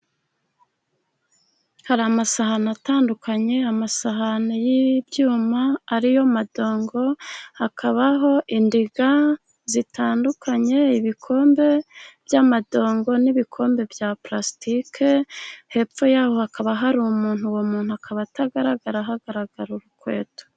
Hari amasahani atandukanye, amasahani y'ibyuma ariyo madongo, hakabaho indiga zitandukanye, ibikombe by'amadongo, n'ibikombe bya palasitike, hepfo yaho hakaba hari umuntu, uwo muntu akaba atagaragara, hagaragara urukweto.